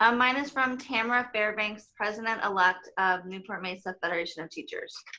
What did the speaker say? um mine is from tamara fairbanks, president elect of newport-mesa federation of teachers.